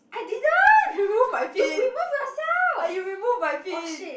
you remove my pin you remove my pin